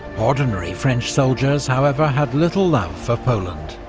ordinary french soldiers, however, had little love for poland